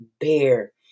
bear